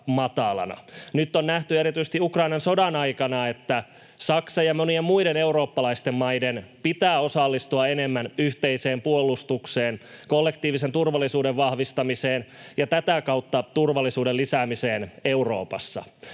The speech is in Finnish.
Nyt on nähty erityisesti Ukrainan sodan aikana, että Saksan ja monien muiden eurooppalaisten maiden pitää osallistua enemmän yhteiseen puolustukseen, kollektiivisen turvallisuuden vahvistamiseen ja tätä kautta turvallisuuden lisäämiseen Euroopassa.